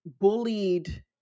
bullied